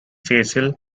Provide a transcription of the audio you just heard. facial